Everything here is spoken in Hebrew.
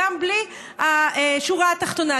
גם בלי השורה התחתונה,